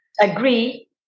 agree